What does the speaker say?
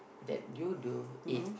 that you do it